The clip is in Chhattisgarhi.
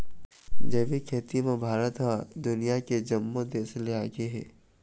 जैविक खेती म भारत ह दुनिया के जम्मो देस ले आगे हे